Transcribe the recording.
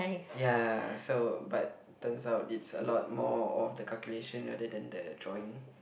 ya so but turns out it's a lot more of the calculation rather than the drawing